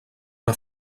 una